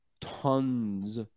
tons